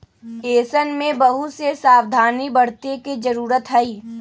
ऐसन में बहुत से सावधानी बरते के जरूरत हई